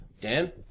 Dan